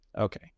Okay